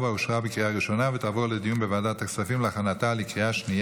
2024, חרבות ברזל) לוועדת הכספים התקבלה.